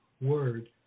word